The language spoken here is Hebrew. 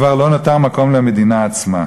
כבר לא נותר מקום למדינה עצמה".